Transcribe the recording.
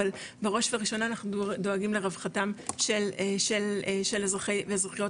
אבל בראש ובראשונה אנחנו דואגים לרווחתם של אזרחי ואזרחיות